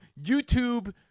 YouTube